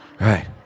Right